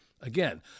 Again